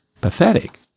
Pathetic